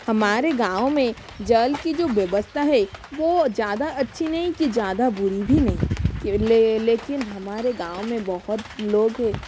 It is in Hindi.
हमारे गाँव में जल की जो व्यवस्था है वो ज़्यादा अच्छी नहीं की ज़्यादा बुरी भी नहीं की लेकिन हमारे गाँव मे बहुत लोग है